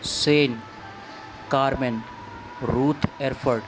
Sen Carmen Rutherford